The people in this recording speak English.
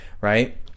right